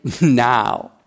now